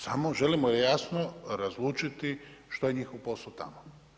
Samo želimo jasno razlučiti što je njihov posao tamo.